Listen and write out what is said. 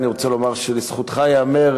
אני רוצה לומר שלזכותך ייאמר